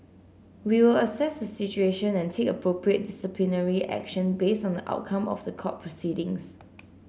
we will assess the situation and take appropriate disciplinary action based on the outcome of the court proceedings